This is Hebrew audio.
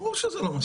ברור שזה לא מספיק.